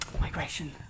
migration